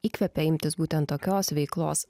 įkvepia imtis būtent tokios veiklos